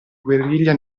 guerriglia